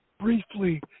briefly